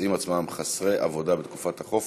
מוצאים את עצמם חסרי עבודה בתקופת החופש,